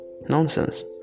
nonsense